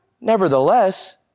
Nevertheless